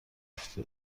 افته